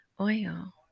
Oil